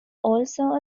also